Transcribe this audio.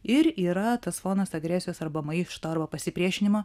ir yra tas fonas agresijos arba maišto arba pasipriešinimo